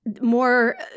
more